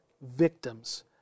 victims